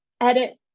edit